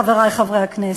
חברי חברי הכנסת.